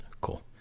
cool